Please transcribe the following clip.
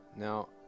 Now